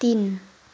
तिन